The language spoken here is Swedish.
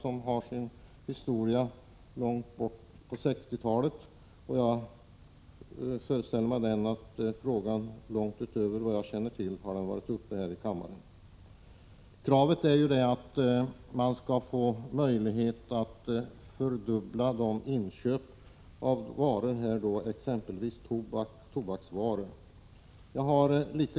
Lex Öresund tillkom redan på 60-talet, och jag föreställer mig att frågan har diskuterats här i kammaren innan jag själv blev riksdagsledamot. Det krav som framförs är att mängden av de varor som man har rätt att köpa, exempelvis tobaksvaror, skall fördubblas.